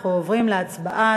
אנחנו עוברים להצבעה.